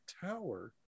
Tower